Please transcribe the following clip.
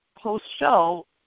post-show